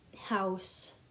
house